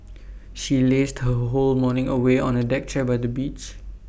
she lazed her whole morning away on A deck chair by the beach